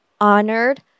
honored